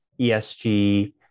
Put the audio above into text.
ESG